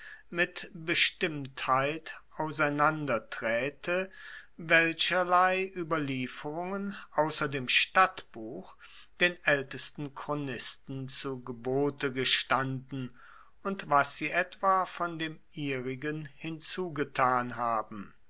mit bestimmtheit auseinander traete welcherlei ueberlieferungen ausser dem stadtbuch den aeltesten chronisten zu gebote gestanden und was sie etwa von dem ihrigen hinzugetan haben